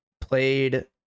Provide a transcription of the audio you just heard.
played